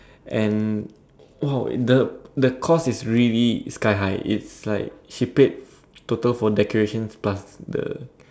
and !wow! the the cost is really sky high it's like she paid total for decorations plus the